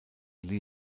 lee